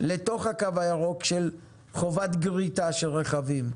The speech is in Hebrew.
לתוך הקו הירוק של חובת גריטה של רכבים.